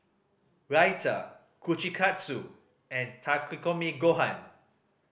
Raita Kushikatsu and Takikomi Gohan